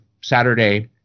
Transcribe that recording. Saturday